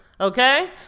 Okay